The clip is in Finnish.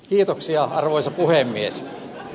kiitoksia arvoisa puhemies